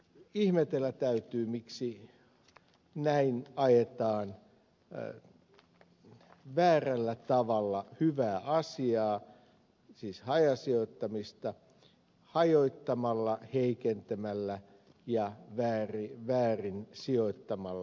ihmetellä täytyy miksi näin ajetaan väärällä tavalla hyvää asiaa siis hajasijoittamista hajottamalla heikentämällä ja väärin sijoittamalla